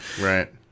Right